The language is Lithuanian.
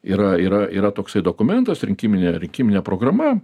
yra yra yra toksai dokumentas rinkiminė rinkiminė programa